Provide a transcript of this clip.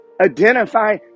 identify